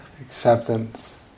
acceptance